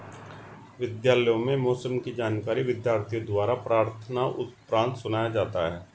विद्यालयों में मौसम की जानकारी विद्यार्थियों द्वारा प्रार्थना उपरांत सुनाया जाता है